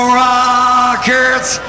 rockets